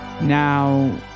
Now